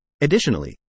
Additionally